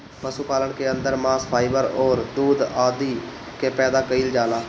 पशुपालन के अंदर मांस, फाइबर अउरी दूध आदि के पैदा कईल जाला